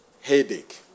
headache